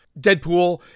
Deadpool